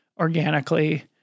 organically